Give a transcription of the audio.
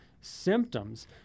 symptoms